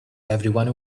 everyone